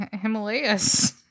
Himalayas